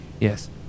Yes